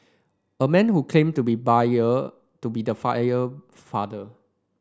a man who claimed to be buyer to be the fire father